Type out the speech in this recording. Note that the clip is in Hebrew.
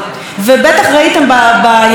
אומנם מצבה של מרצ מתאושש בסקרים,